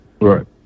Right